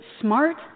smart